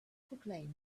proclaimed